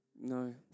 No